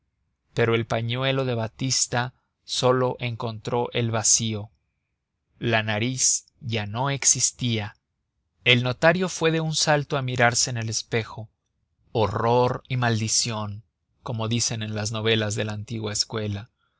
pero el pañuelo de batista sólo encontró el vacío la nariz ya no existía el notario fue de un salto a mirarse en el espejo horror y maldición como dicen en las novelas de la antigua escuela